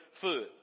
food